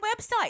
website